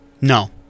No